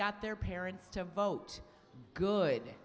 got their parents to vote good